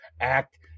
act